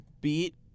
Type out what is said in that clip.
beat